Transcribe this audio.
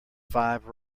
five